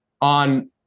on